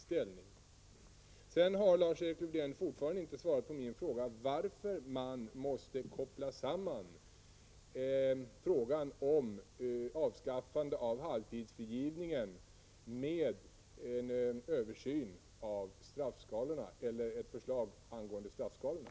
Lars-Erik Lövdén har fortfarande inte svarat på min fråga om varför man måste koppla samman ett avskaffande av halvtidsfrigivningen med ett förslag angående straffskalorna.